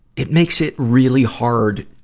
it makes it really hard